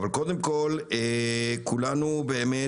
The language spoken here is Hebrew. אבל קודם כל כולנו באמת,